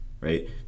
right